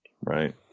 Right